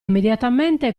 immediatamente